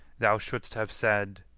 thou shouldst have said,